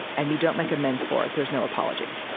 and you don't make amends for it, there's no apology.